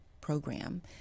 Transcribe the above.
program